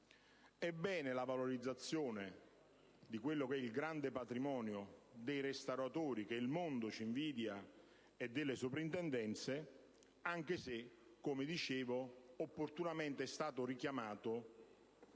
ben venga la valorizzazione di quello che è il grande patrimonio dei restauratori, che il mondo ci invidia, e delle Soprintendenze, anche se, come ho detto, opportunamente è stata richiamata